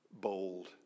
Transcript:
bold